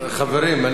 חברים,